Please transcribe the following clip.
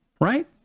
Right